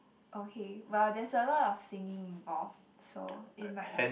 okay well there's a lot of singing involved so it might not